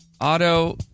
Auto